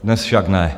Dnes však ne.